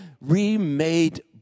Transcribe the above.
remade